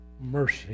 mercy